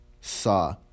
saw